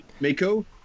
Mako